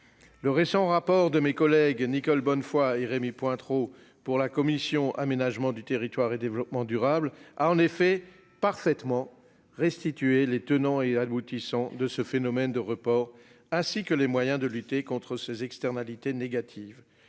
Le récent rapport que mes collègues Nicole Bonnefoy et Rémy Pointereau ont remis au nom de la commission du développement durable a en effet parfaitement restitué les tenants et aboutissants d'un tel phénomène, ainsi que les moyens de lutter contre ses externalités négatives